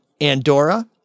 Andorra